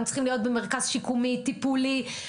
הם צריכים להיות במרכז שיקומי, טיפולי.